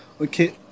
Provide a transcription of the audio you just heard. Okay